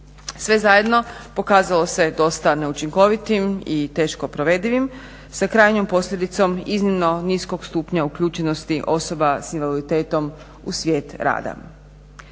Sve zajedno pokazalo se dosta neučinkovitim i teško provedivim sa krajnjom posljedicom iznimno niskog stupnja uključenosti osoba s invaliditetom u svijet rada.